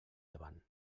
davant